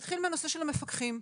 נתחיל בנושא המפקחים.